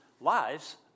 lives